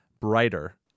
brighter